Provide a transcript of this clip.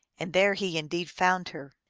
and there he indeed found her,